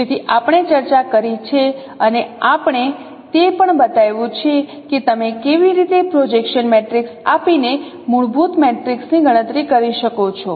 તેથી આપણે ચર્ચા કરી છે અને આપણે તે પણ બતાવ્યું છે કે તમે કેવી રીતે પ્રોજેક્શન મેટ્રિક્સ આપીને મૂળભૂત મેટ્રિક્સની ગણતરી કરી શકો છો